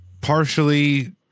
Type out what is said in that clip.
partially